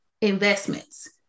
investments